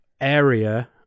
area